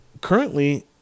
currently